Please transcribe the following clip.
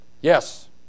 Yes